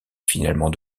finalement